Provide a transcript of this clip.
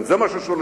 זה מה ששוללים.